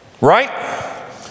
right